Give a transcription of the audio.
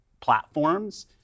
platforms